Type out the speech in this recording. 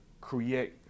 create